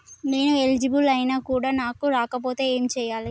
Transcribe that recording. నేను ఎలిజిబుల్ ఐనా కూడా నాకు రాకపోతే ఏం చేయాలి?